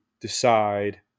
decide